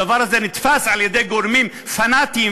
הדבר הזה נתפס על-ידי גורמים פנאטיים,